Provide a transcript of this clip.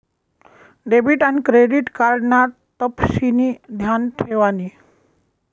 debit आन credit card ना तपशिनी ध्यान ठेवानी